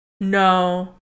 No